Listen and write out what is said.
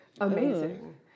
amazing